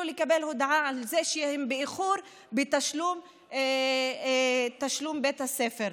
לקבל הודעה על זה שהם באיחור בתשלום לבתי הספר.